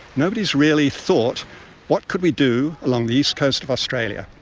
nobody has really thought what could we do along the east coast of australia,